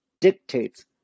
dictates